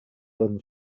than